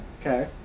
Okay